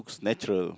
looks natural